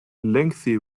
lengthy